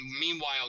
Meanwhile